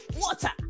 water